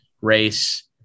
race